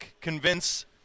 convince